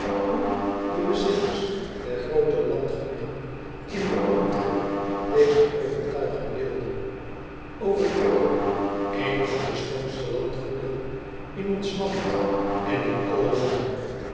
hoe de bezitters der groote landgoederen in den omtrek deze overtuiging deelden ver wickel een van de schoonste landgoederen in ons land en in alle landen